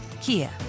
Kia